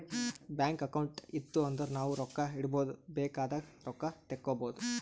bank account ಇತ್ತು ಅಂದುರ್ ನಾವು ರೊಕ್ಕಾ ಇಡ್ಬೋದ್ ಬೇಕ್ ಆದಾಗ್ ರೊಕ್ಕಾ ತೇಕ್ಕೋಬೋದು